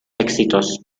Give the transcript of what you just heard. éxitos